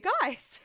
guys